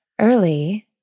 early